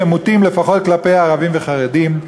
שהם מוטים לפחות כלפי ערבים וחרדים.